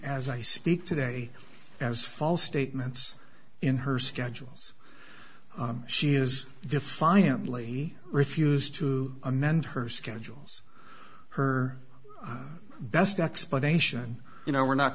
as i speak today as false statements in her schedules she is defiantly refused to amend her schedules her best explanation you know we're not